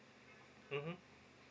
mmhmm